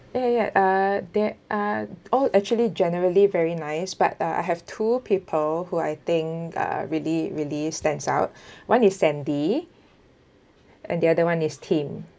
ya ya uh they are all actually generally very nice but uh I have two people who I think are really really stands out one is sandy and the other one is tim